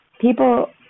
People